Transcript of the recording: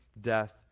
death